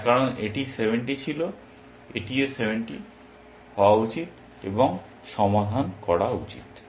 হ্যাঁ কারণ এটি 70 ছিল এটিও 70 হওয়া উচিত এবং সমাধান করা উচিত